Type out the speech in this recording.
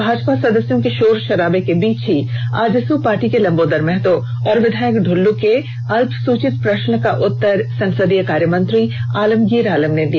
भाजपा सदस्यों के शोर शराबे के बीच ही आजसू पार्टी के लंबोदर महतो और विधायक दृल्लू के अल्पसूचित प्रश्न का उत्तर संसदीय कार्यमंत्री आलमगीर आलम ने दिया